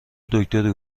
دکتری